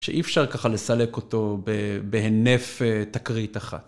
שאי אפשר ככה לסלק אותו בהנף תקרית אחת.